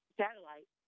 satellite